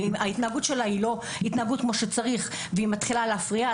היא לא מתנהגת כמו שצריך ומפריעה,